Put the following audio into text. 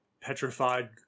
petrified